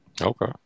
Okay